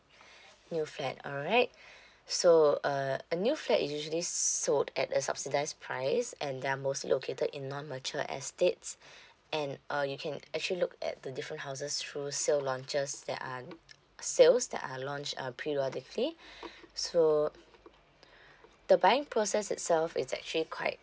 new flat alright so uh a new flat is usually sold at a subsidized price and they're mostly located in non matured estates and uh you can actually look at the different houses through sale launches that are sales that are launch uh periodically so the bank process itself is actually quite